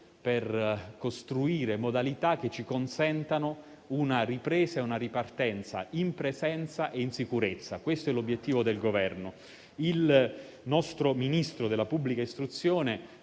per costruire modalità che ci consentano una ripresa e una ripartenza in presenza e in sicurezza. Questo è l'obiettivo del Governo. Il nostro Ministro dell'istruzione